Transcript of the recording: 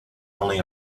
only